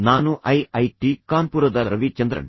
ನಾನು I I T ಕಾನ್ಪುರದ ರವಿ ಚಂದ್ರನ್